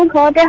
la and